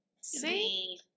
See